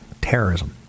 Terrorism